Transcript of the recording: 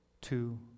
Two